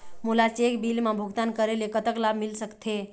मोला cheque bill मा भुगतान करेले कतक लाभ मिल सकथे?